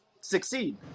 succeed